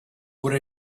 what